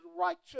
righteous